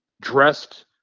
dressed